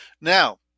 Now